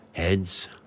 heads